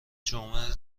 جمعه